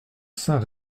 saint